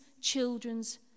children's